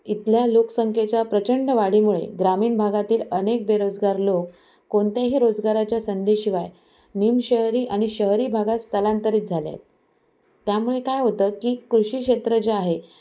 इतल्या लोकसंकेच्या प्रचंड वाढीमुळे ग्रामीण भागातील अनेक बेरोजगार लोक कोणत्याही रोजगाराच्या संधीशिवाय निमशहरी आणि शहरी भागात स्थलांतरित झाले आहेत त्यामुळे काय होतं की कृषी क्षेत्र जे आहे